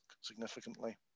significantly